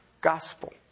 gospel